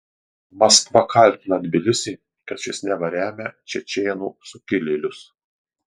maskva kaltina tbilisį kad šis neva remia čečėnų sukilėlius